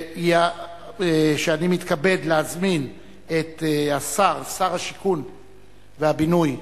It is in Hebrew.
ואני מתכבד להזמין את השר, שר השיכון והבינוי